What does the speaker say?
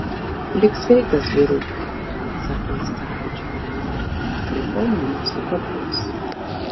lik sveikas vyruti sako jis caraičiui ivanui rytoj mane sukapos